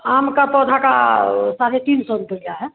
आम का पौधा का साढ़े तीन सौ रुपये है